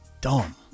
Dumb